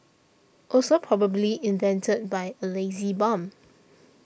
also probably invented by a lazy bum